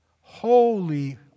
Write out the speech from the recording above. holy